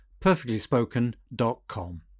perfectlyspoken.com